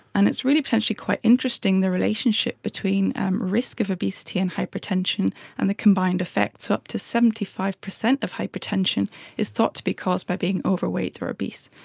and it is really potentially quite interesting, the relationship between risk of obesity and hypertension and the combined effect, so up to seventy five percent of hypertension is thought to be caused by being overweight or obese.